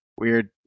Weird